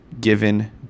given